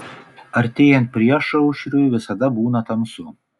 artėjant priešaušriui visada būna tamsu